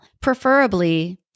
preferably